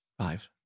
Five